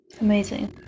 Amazing